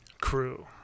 crew